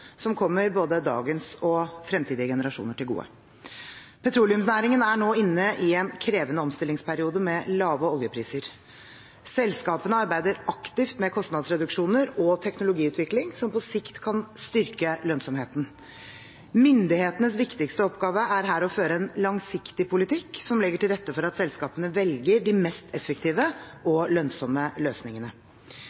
som kommer både dagens og fremtidige generasjoner til gode. Petroleumsnæringen er nå inne i en krevende omstillingsperiode med lave oljepriser. Selskapene arbeider aktivt med kostnadsreduksjoner og teknologiutvikling som på sikt kan styrke lønnsomheten. Myndighetenes viktigste oppgave er her å føre en langsiktig politikk som legger til rette for at selskapene velger de mest effektive